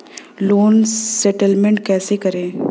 Loan settlement कैसे करें?